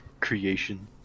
creation